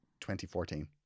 2014